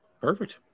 Perfect